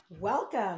welcome